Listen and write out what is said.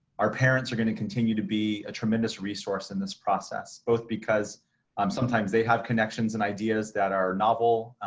our parents are gonna continue to be a tremendous resource in this process, both because um sometimes they have connections and ideas that are novel,